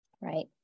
Right